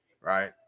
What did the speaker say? right